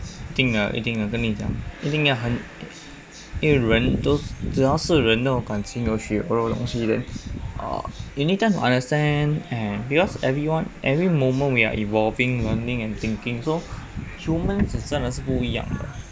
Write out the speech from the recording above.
一定的一定的跟你讲一定要很因为人都只要是人都有感情有血有肉的东西 then err you need time to understand because everyone every moment we are evolving learning and thinking so humans 真的是不一样的